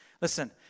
Listen